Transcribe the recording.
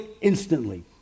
instantly